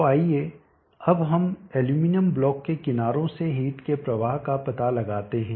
तो आइए अब हम एल्यूमीनियम ब्लॉक के किनारों से हीट के प्रवाह का पता लगाते हैं